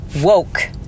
woke